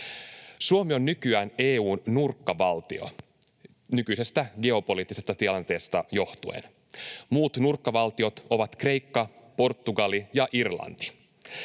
Suomi on nykyään EU:n nurkkavaltio nykyisestä geopoliittisesta tilanteesta johtuen. Muut nurkkavaltiot ovat Kreikka, Portugali ja Irlanti.